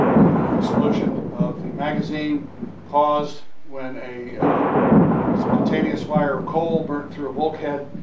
an explosion of the magazine caused when a spontaneous fire of coal burned through a bulkhead,